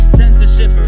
censorship